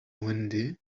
windy